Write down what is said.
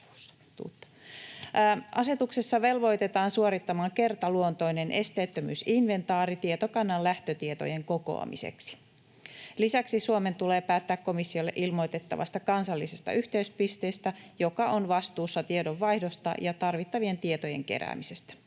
Asetuksessa velvoitetaan suorittamaan kertaluontoinen esteettömyysinventaari tietokannan lähtötietojen kokoamiseksi. Lisäksi Suomen tulee päättää komissiolle ilmoitettavasta kansallisesta yhteyspisteestä, joka on vastuussa tiedonvaihdosta ja tarvittavien tietojen keräämisestä.